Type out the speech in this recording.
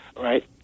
right